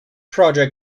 project